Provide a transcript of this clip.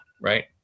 right